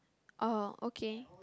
oh okay